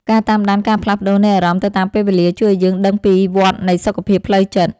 ការតាមដានការផ្លាស់ប្តូរនៃអារម្មណ៍ទៅតាមពេលវេលា ជួយឱ្យយើងដឹងពីវដ្តនៃសុខភាពផ្លូវចិត្ត។